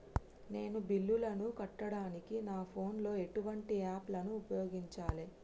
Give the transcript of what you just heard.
నేను బిల్లులను కట్టడానికి నా ఫోన్ లో ఎటువంటి యాప్ లను ఉపయోగించాలే?